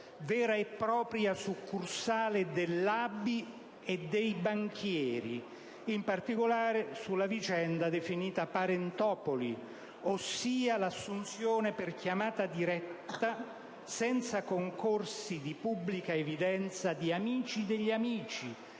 vera e propria succursale dell'ABI e dei banchieri, in particolare sulla vicenda definita Parentopoli, ossia l'assunzione per chiamata diretta, senza concorsi di pubblica evidenza, di amici degli amici,